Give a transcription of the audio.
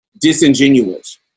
disingenuous